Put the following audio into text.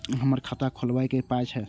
हमर खाता खौलैक पाय छै